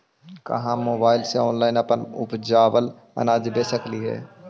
का हम मोबाईल से ऑनलाइन अपन उपजावल अनाज बेच सकली हे?